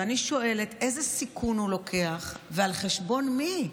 ואני שואלת: איזה סיכון הוא לוקח ועל חשבון מי?